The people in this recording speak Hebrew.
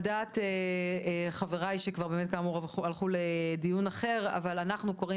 על דעת חבריי שכאמור הלכו לדיון אחר - אנחנו קוראים